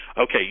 Okay